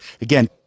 Again